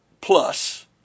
plus